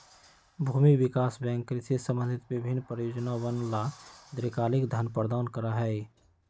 भूमि विकास बैंक कृषि से संबंधित विभिन्न परियोजनअवन ला दीर्घकालिक धन प्रदान करा हई